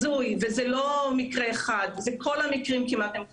וזה לא מקרה אחד, כל המקרים כמעט הם כאלה.